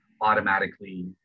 automatically